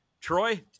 Troy